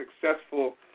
successful